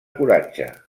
coratge